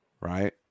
right